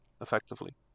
effectively